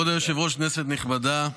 כבוד היושב-ראש, כנסת נכבדה,